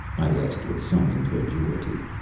i asked with some incredulity.